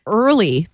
early